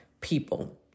people